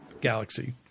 galaxy